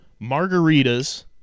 margaritas